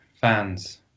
fans